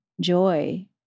joy